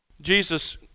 Jesus